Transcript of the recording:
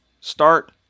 Start